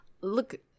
Look